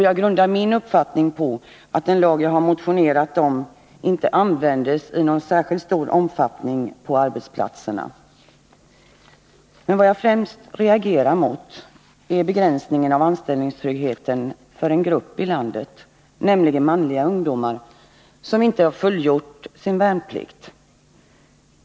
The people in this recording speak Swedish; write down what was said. Jag grundar min uppfattning på att den lag jag har motionerat om inte används i någon större omfattning på arbetsplatserna. Vad jag främst reagerar mot är begränsningen av anställningstryggheten för en grupp i landet, nämligen manliga ungdomar som inte fullgjort sin värnplikt.